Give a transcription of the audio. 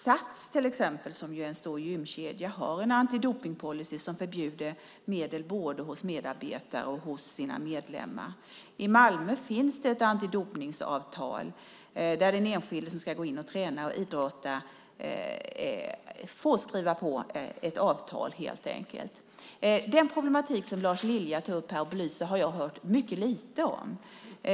Sats till exempel, som är en stor gymkedja, har en antidopningspolicy som förbjuder medel både hos medarbetare och hos medlemmar. I Malmö finns det ett antidopningsavtal som den enskilde som ska gå in och träna och idrotta får skriva på. Den problematik som Lars Lilja tar upp och belyser här har jag hört mycket lite om.